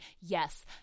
Yes